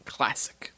Classic